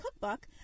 cookbook